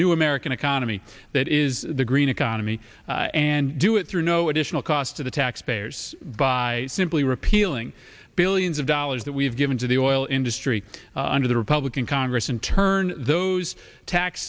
new american economy that is the green economy and do it through no additional cost to the taxpayers by simply repealing billions of dollars that we've given to the oil industry under the republican congress and turn those tax